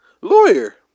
Lawyer